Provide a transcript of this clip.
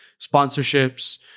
sponsorships